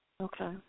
Okay